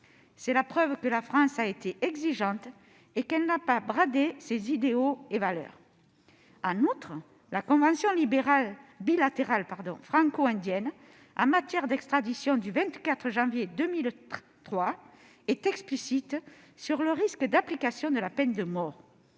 C'est la preuve que la France a été exigeante et qu'elle n'a pas bradé ses idéaux et valeurs. En outre, la convention bilatérale franco-indienne en matière d'extradition du 24 janvier 2003 est explicite sur le risque d'application de la peine de mort